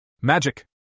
Magic